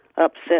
upset